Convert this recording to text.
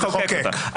לחוקק אותו.